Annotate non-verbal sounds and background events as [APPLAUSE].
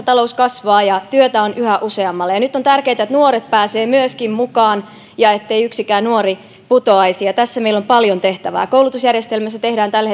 [UNINTELLIGIBLE] talous kasvaa ja työtä on yhä useammalle ja nyt on tärkeätä että nuoret pääsevät myöskin mukaan ja ettei yksikään nuori putoaisi ja tässä meillä on paljon tehtävää koulutusjärjestelmässä tehdään tällä [UNINTELLIGIBLE]